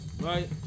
right